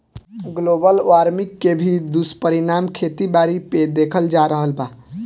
global warming के भी दुष्परिणाम खेती बारी पे देखल जा रहल बा